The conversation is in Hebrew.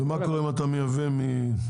ומה קורה אם אתה מייבא מיפן?